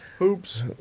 Oops